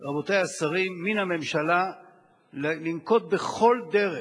רבותי השרים, מן הממשלה לנקוט כל דרך